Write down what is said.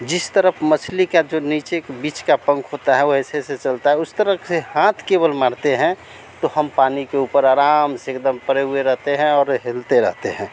जिस तरफ मछली का जो नीचे बीच का पंख होता है वह ऐसे ऐसे चलता है उस तरफ से हाथ केवल मारते हैं तो हम पानी के ऊपर आराम से एकदम परे हुए रहते हैं और हिलते रहते हैं